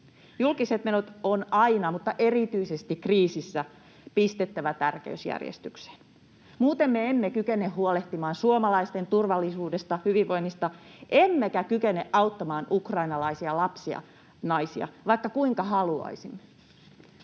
Julkiset menot on aina mutta erityisesti kriisissä pistettävä tärkeysjärjestykseen. Muuten me emme kykene huolehtimaan suomalaisten turvallisuudesta, hyvinvoinnista emmekä kykene auttamaan ukrainalaisia lapsia ja naisia, vaikka kuinka haluaisimme.